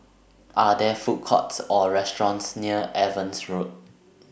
Are There Food Courts Or restaurants near Evans Road